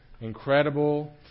incredible